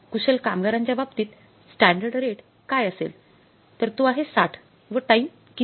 कुशल कामगारांच्या बाबतीत standard rate काय असेल तर तो आहे ६० व टाइम किती